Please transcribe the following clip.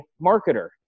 marketer